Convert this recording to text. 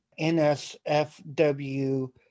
NSFW